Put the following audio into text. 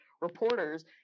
reporters